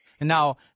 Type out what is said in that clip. Now